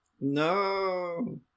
No